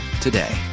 today